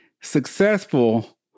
successful